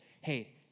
Hey